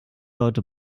leute